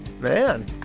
man